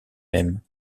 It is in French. même